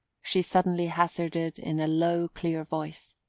she suddenly hazarded in a low clear voice.